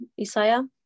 Isaiah